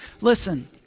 Listen